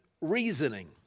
reasoning